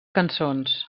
cançons